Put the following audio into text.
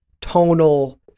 tonal